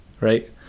right